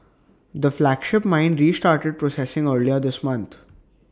the flagship mine restarted processing earlier this month